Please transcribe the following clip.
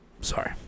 Sorry